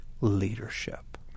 leadership